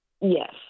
Yes